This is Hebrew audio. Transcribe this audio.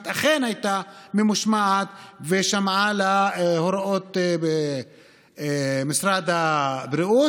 אכן הייתה ממושמעת ושמעה להוראות משרד הבריאות?